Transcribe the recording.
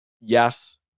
Yes